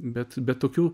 bet bet kokių